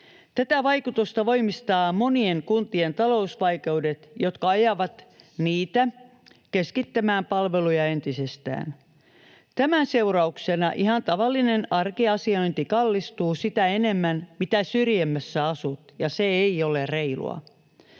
Tätä vaikutusta voimistavat monien kuntien talousvaikeudet, jotka ajavat niitä keskittämään palveluja entisestään. Tämän seurauksena ihan tavallinen arkiasiointi kallistuu sitä enemmän, mitä syrjemmässä asut, ja se ei ole reilua.